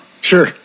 Sure